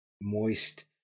moist